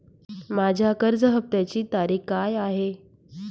माझ्या कर्ज हफ्त्याची तारीख काय आहे?